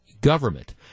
government